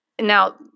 Now